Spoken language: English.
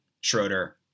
Schroeder